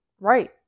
Right